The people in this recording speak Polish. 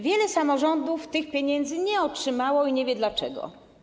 Wiele samorządów tych pieniędzy nie otrzymało i nie wie dlaczego.